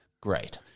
great